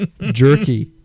jerky